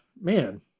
Man